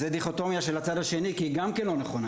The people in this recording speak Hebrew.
זו דיכוטומיה של הצד השני כי היא גם לא נכונה,